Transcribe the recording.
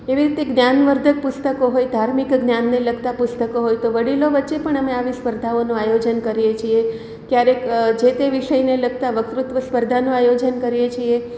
એવી રીતે જ્ઞાનવર્ધક પુસ્તકો હોય ધાર્મિક જ્ઞાનને લગતા પુસ્તકો હોય તો વડીલો વચ્ચે પણ અમે આવી સ્પર્ધાઓનો આયોજન કરીએ છીએ ક્યારેક જે તે વિષયને લગતા વક્તૃત્વ સ્પર્ધાનું આયોજન કરીએ છીએ